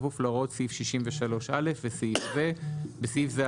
בכפוף להוראות סעיף 63א וסעיף זה (בסעיף זה,